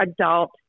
adult